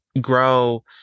grow